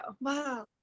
wow